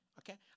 okay